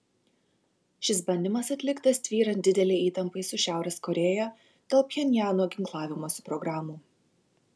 šis bandymas atliktas tvyrant didelei įtampai su šiaurės korėja dėl pchenjano ginklavimosi programų